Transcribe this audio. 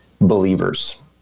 believers